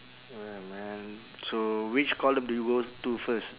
ya man so which column do you go to first